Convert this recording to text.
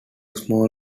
small